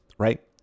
Right